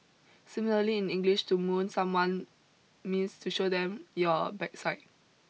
similarly in English to moon someone means to show them your backside